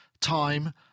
time